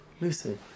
Lucy